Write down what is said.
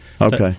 Okay